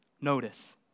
notice